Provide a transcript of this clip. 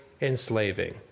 enslaving